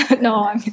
No